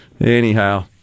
Anyhow